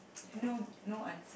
no no answer